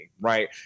Right